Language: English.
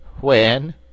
When